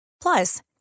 Plus